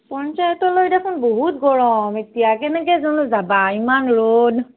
পঞ্চায়তলৈ দেখোন বহুত গৰম এতিয়া কেনেকৈ জানো যাবা ইমান ৰ'দ